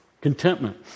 contentment